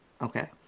Okay